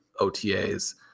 otas